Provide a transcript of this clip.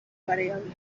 variable